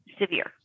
severe